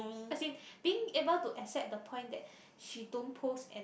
as in being able to accept the point that she don't post an